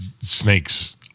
snakes